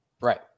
Right